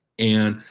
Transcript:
and